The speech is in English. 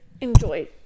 enjoy